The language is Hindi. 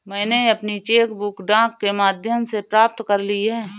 मैनें अपनी चेक बुक डाक के माध्यम से प्राप्त कर ली है